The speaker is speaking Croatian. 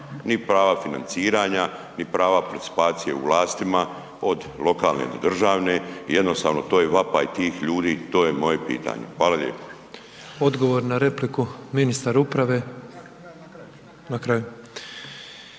ni prava financiranja, ni prava participacije u vlastima, od lokalne do državne, jednostavno to je vapaj tih ljudi, to je moje pitanje. Hvala lijepo. **Petrov, Božo (MOST)** Odgovor na repliku, ministar uprave. …/Upadica